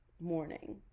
morning